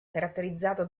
caratterizzato